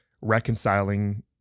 reconciling